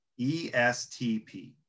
ESTP